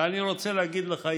ואני רוצה לומר לך,